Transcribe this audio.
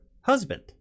husband